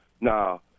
Now